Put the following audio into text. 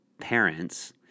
parents